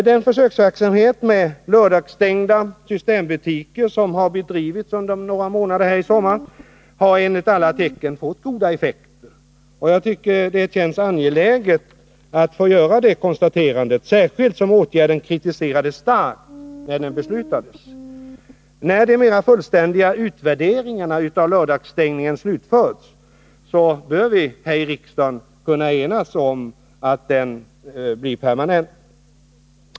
Den försöksverksamhet med lördagsstängda systembutiker som har bedrivits under några månader i sommar har enligt alla tecken fått goda effekter. Det känns angeläget att få göra det konstaterandet, särskilt som åtgärden kritiserades starkt när den beslutades. När de mer fullständiga utvärderingarna av lördagsstängningen slutförts, bör vi här i riksdagen kunna enas om att permanenta den.